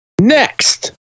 Next